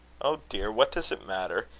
oh dear! what does it matter?